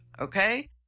okay